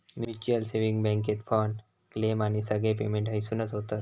mutual saving बॅन्केत fund, claim आणि सगळे पेमेंट हयसूनच होतत